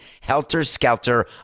helter-skelter